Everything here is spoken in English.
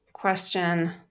Question